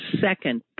second